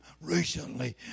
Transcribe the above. recently